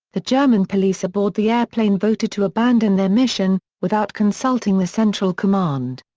the german police aboard the airplane voted to abandon their mission, without consulting the central command.